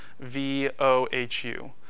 V-O-H-U